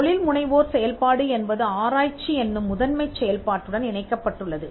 தொழில்முனைவோர் செயல்பாடு என்பது ஆராய்ச்சி என்னும் முதன்மை செயல்பாட்டுடன் இணைக்கப்பட்டுள்ளது